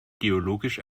geologisch